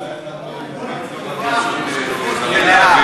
דווח בשקיפות מלאה,